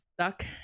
Stuck